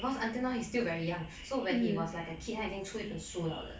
because until now he still very young so when he was like a kid 他已经出本书了 liao